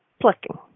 plucking